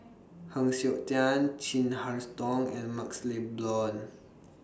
Heng Siok Tian Chin Harn's Tong and MaxLe Blond